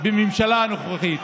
בממשלה הנוכחית?